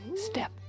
Step